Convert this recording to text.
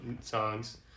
songs